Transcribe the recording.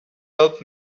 helped